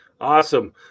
Awesome